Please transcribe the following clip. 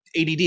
ADD